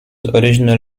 original